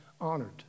honored